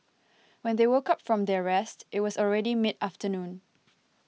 when they woke up from their rest it was already mid afternoon